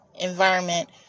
environment